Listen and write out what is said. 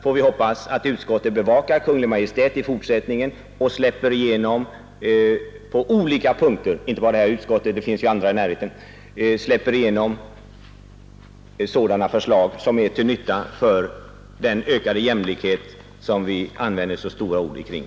Får vi hoppas att utskottet — inte bara detta utskott, det finns ju andra i närheten — bevakar Kungl. Maj:t i fortsättningen och släpper igenom sådana förslag som är till nytta för den ökade jämlikhet som vi använder så stora ord kring?